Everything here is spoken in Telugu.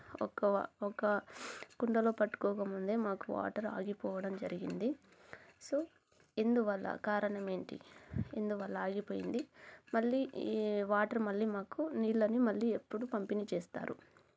ఒక ఒక కుండలో పట్టుకోక ముందే మాకు వాటర్ ఆగిపోవడం జరిగింది సో ఎందువల్ల కారణమేంటి ఎందువల్ల ఆగిపోయింది మళ్ళీ ఈ వాటర్ మళ్ళీ మాకు నీళ్ళని మళ్ళీ ఎప్పుడు పంపిణీ చేస్తారు